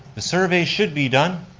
the survey should be done.